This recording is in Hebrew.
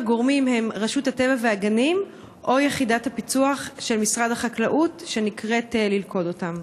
או יחידת הפיצו"ח של משרד החקלאות שנקראת ללכוד אותם?